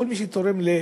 עם כל מי שנרשם ל"אדי",